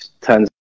turns